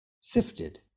sifted